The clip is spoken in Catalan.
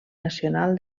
nacional